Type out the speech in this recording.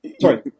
sorry